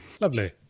lovely